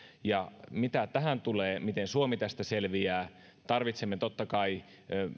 ja mitä tulee tähän miten suomi tästä selviää tarvitsemme totta kai